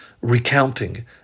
recounting